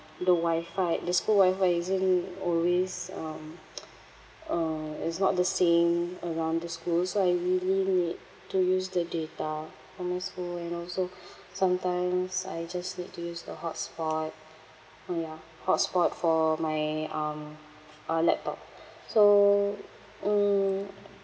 the wi-fi the school wi-fi isn't always um uh it's not the same around the school so I really need to use the data for my school and also sometimes I just need to use the hotspot orh ya hotspot for my um uh laptop so mm